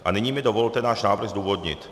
A nyní mi dovolte náš návrh zdůvodnit.